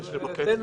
תשע וחצי,